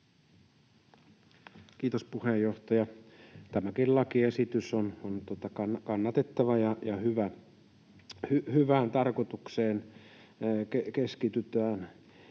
Kiitos, puheenjohtaja! Tämäkin lakiesitys on kannatettava ja hyvä, hyvään tarkoitukseen keskitytään.